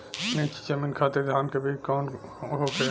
नीची जमीन खातिर धान के बीज कौन होखे?